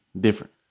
different